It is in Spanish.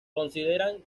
consideran